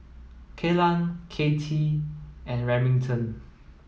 Kelan Katy and Remington